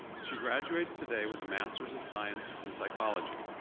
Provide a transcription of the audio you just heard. she graduates today with a master's of science in psychology.